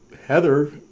Heather